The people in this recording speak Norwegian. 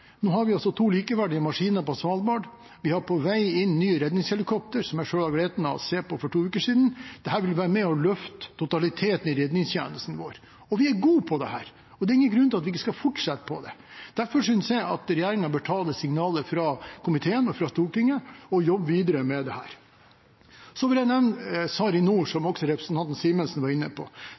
Nå har vi altså to likeverdige maskiner på Svalbard. Vi har på vei inn nye redningshelikopter som jeg selv hadde gleden av å se for to uker siden. Dette vil være med og løfte totaliteten i redningstjenesten vår. Vi er gode til dette, og det er ingen grunn til at vi ikke skal fortsette med det. Derfor synes jeg at regjeringen bør ta signalet fra komiteen og fra Stortinget og jobbe videre med dette. Så vil jeg nevne SARiNOR, som også representanten Simensen var inne på.